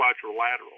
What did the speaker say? quadrilateral